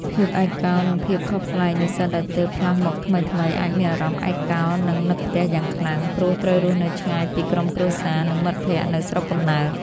ភាពឯកកោ និងភាពខុសប្លែកនិស្សិតដែលទើបផ្លាស់មកថ្មីៗ អាចមានអារម្មណ៍ឯកកោ និងនឹកផ្ទះយ៉ាងខ្លាំង ព្រោះត្រូវរស់នៅឆ្ងាយពីក្រុមគ្រួសារ និងមិត្តភ័ក្តិនៅស្រុកកំណើត។